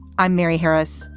i'm mary harris.